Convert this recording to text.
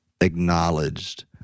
acknowledged